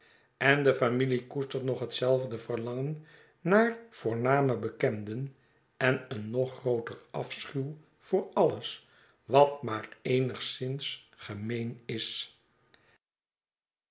en de familie koestert nog hetzelfde verlangen naar voorname bekenden en een nog grooter afschuw voor alles wat maar eenigszins gemeen is